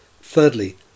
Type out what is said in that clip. Thirdly